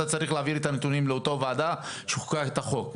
צריך להעביר את הנתונים לאותה ועדה שחוקקה את החוק.